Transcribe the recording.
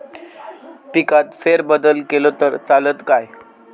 पिकात फेरबदल केलो तर चालत काय?